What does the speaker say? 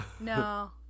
No